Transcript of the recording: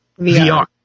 VR